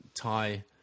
tie